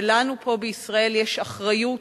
ולנו פה בארץ-ישראל יש אחריות